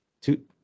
two